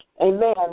Amen